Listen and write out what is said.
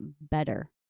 better